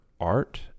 art